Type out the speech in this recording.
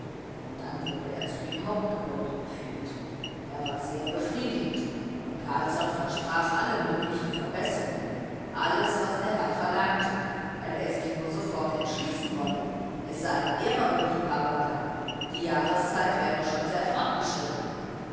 und dann wurde er zu dem hauptgebäude geführt er war sehr befriedigt und carlsson versprach alle möglichen verbesserungen alles was der herr verlangte wenn er sich nur sofort entschließen wolle es seien mehrere liebhaber da die jahreszeit wäre schon sehr